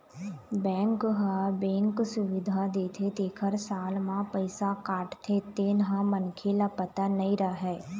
bank ह bank सुबिधा देथे तेखर साल म पइसा काटथे तेन ह मनखे ल पता नइ रहय